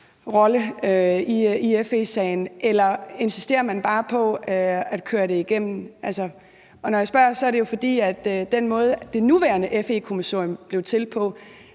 rolle i FE-sagen, eller insisterer man bare på at køre det igennem? Og når jeg spørger, er det jo, fordi da det nuværende FE-kommissorium blev til,